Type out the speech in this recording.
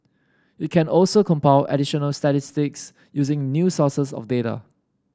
it can also compile additional statistics using new sources of data